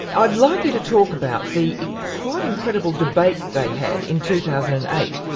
i'd like you to talk about the quite incredible debate they had in two thousand and eight,